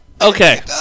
Okay